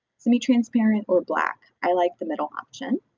semi-transparent, or black. i like the middle option,